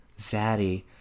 Zaddy